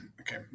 Okay